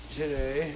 today